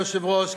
אדוני היושב-ראש,